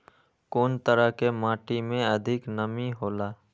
कुन तरह के माटी में अधिक नमी हौला?